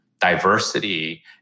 diversity